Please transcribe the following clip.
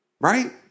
Right